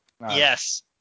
yes